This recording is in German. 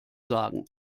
sagen